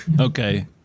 Okay